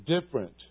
different